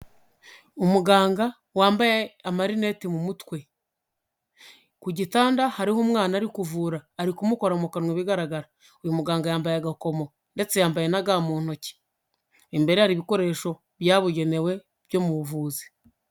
Umuganga wambaye amarineti mu mutwe. Ku gitanda hariho umwana arikuvura, arikumukora mu kanwa ibigaragara. Uyu muganga yambaye agakomo ndetse yambaye na ga mu ntoki. Imbere ye hari ibikoresho byabugenewe byo mu buvuzi.